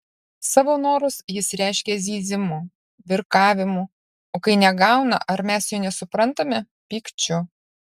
savo norus jis reiškia zyzimu virkavimu o kai negauna ar mes jo nesuprantame pykčiu